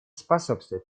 способствует